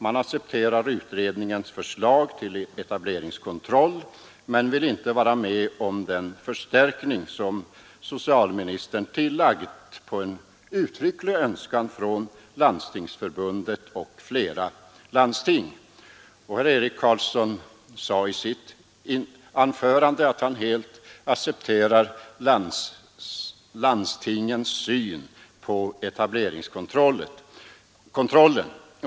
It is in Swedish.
Man accepterar utredningens förslag till etableringskontroll men vill inte vara med om den förstärkning som socialdemokratin tillagt på uttrycklig önskan från Landstingsförbundet och flera landsting. Herr Carlsson i Vikmanshyttan sade i sitt anförande att han helt accepterar landstingens syn på kontrollen.